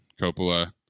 Coppola